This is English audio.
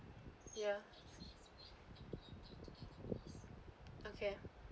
ya okay